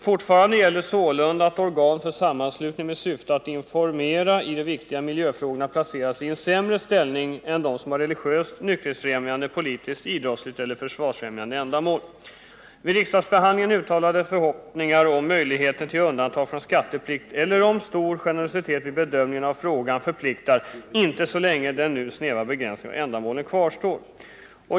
”Fortfarande gäller sålunda att organ för sammanslutning med syfte att informera i de viktiga miljöfrågorna placeras i en sämre ställning än dem som har religiöst, nykterhetsfrämjande, politiskt, idrottsligt eller försvarsfrämjande ändamål. Vid riksdagsbehandlingen uttalade förhoppningar om möjligheter till undantag från skatteplikt eller om stor generositet vid bedömningen av frågan förpliktar inte så länge den nu snäva begränsningen av ändamålen kvarstår.